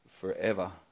forever